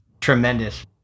tremendous